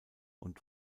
und